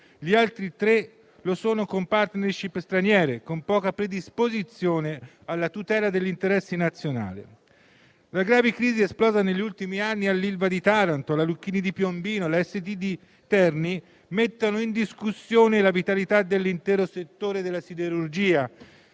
gli altri tre lo sono con *partnership* straniere, con poca predisposizione alla tutela degli interessi nazionali. Le gravi crisi esplose negli ultimi anni all'Ilva di Taranto, alla Lucchini di Piombino e alla AST di Terni mettono in discussione la vitalità dell'intero settore della siderurgia,